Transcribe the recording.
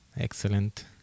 Excellent